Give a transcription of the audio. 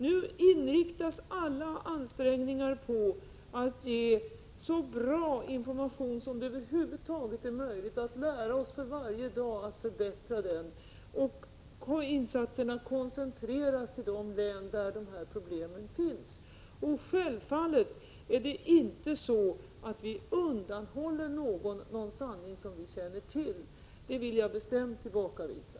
Nu inriktas alla ansträngningar på att ge så bra information som över huvud taget är möjligt, och vi skall lära oss att för varje dag förbättra den. Insatserna koncentreras till de län där dessa problem finns. Självfallet undanhåller vi inte någon sanning som vi känner till — det vill jag bestämt tillbakavisa.